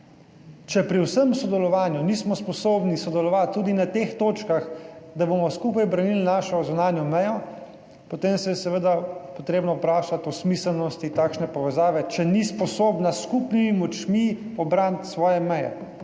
Če pri vsem sodelovanju nismo sposobni sodelovati tudi na teh točkah, da bomo skupaj branili našo zunanjo mejo, potem se je seveda potrebno vprašati o smiselnosti takšne povezave, če ni sposobna s skupnimi močmi ubraniti svoje meje,